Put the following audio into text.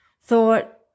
thought